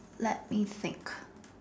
let me think